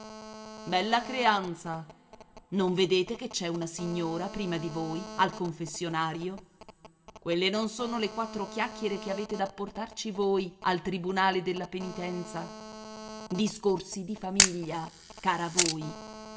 bella creanza non vedete che c'è una signora prima di voi al confessionario quelle non sono le quattro chiacchiere che avete da portarci voi al tribunale della penitenza discorsi di famiglia cara voi